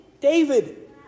David